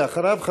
ואחריו,